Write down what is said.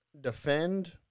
defend